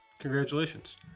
Congratulations